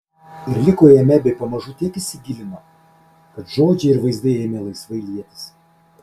ir liko jame bei pamažu tiek įsigilino kad žodžiai ir vaizdai ėmė laisvai lietis